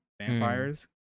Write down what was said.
vampires